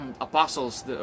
apostles